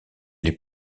les